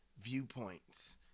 viewpoints